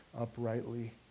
uprightly